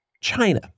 China